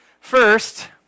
First